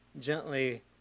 gently